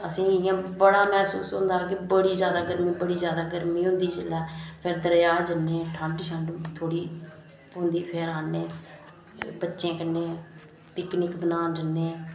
असेंगी इं'या बड़ा मसूस होंदा कि बड़ी जादा गर्मी बड़ी जादा गर्मी होंदी जेल्लै ते जेल्लै अस जन्ने ते ठंड थोह्ड़ी होंदी फिर आने बच्चें कन्नै पिकनिक मनान जन्ने